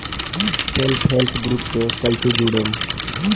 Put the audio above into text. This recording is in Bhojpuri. सेल्फ हेल्प ग्रुप से कइसे जुड़म?